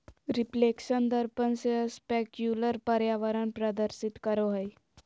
reflection दर्पण से specular परावर्तन प्रदर्शित करो हइ